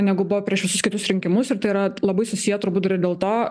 negu buvo prieš visus kitus rinkimus ir tai yra labai susiję turbūt ir dėl to